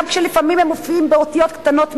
גם כשלפעמים הם מופיעים באותיות קטנות מדי,